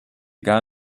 gar